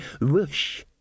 whoosh